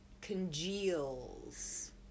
congeals